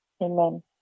Amen